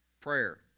Prayer